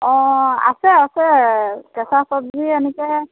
অঁ আছে আছে কেঁচা চব্জি এনেকৈ